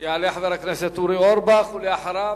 יעלה חבר הכנסת אורי אורבך, ואחריו,